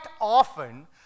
often